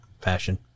fashion